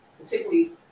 particularly